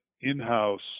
in-house